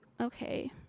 Okay